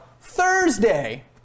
Thursday